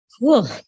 Cool